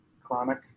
chronic